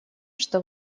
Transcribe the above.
что